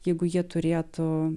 jeigu jie turėtų